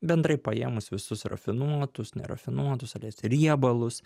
bendrai paėmus visus rafinuotus nerafinuotus aliejus riebalus